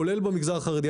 כולל במגזר החרדי.